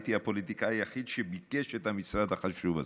הייתי הפוליטיקאי היחיד שביקש את המשרד החשוב הזה.